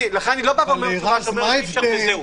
מה ההבדל